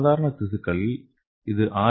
சாதாரண திசுக்களில் இது ஆர்